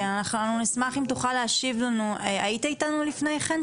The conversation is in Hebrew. נשמח אם תוכל להשיב לנו היית אתנו לפני-כן?